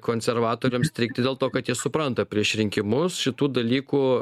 konservatoriams strigti dėl to kad jie supranta prieš rinkimus šitų dalykų